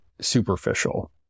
superficial